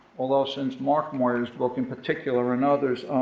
although since mark moyar's book in particular and others,